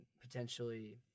potentially –